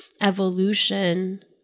evolution